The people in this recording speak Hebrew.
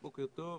בוקר טוב.